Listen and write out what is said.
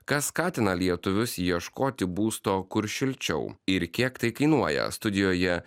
kas skatina lietuvius ieškoti būsto kur šilčiau ir kiek tai kainuoja studijoje